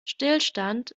stillstand